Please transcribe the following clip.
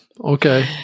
okay